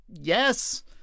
yes